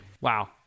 Wow